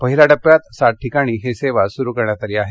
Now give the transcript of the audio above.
पहिल्या टप्यात सात ठिकाणी ही सेवा सुरू करण्यात आली आहे